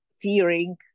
fearing